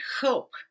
hope